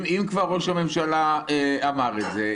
אם ראש הממשלה אמר את זה,